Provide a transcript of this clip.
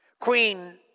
Queen